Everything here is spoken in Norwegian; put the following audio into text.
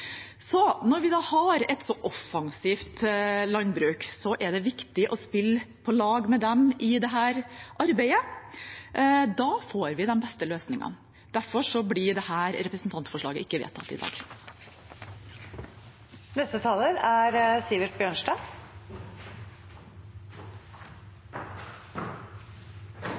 Når vi da har et så offensivt landbruk, er det viktig å spille på lag med dem i dette arbeidet. Da får vi de beste løsningene. Derfor blir dette representantforslaget ikke vedtatt i dag. Det er